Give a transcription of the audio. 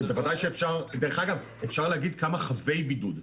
דרך אגב, אפשר להגיד כמה חייבי בידוד.